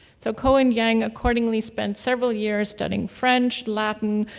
so ko and yang accordingly spent several years studying french, latin,